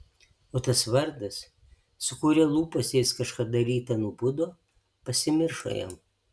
o tas vardas su kuriuo lūpose jis kažkada rytą nubudo pasimiršo jam